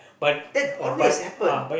that always happen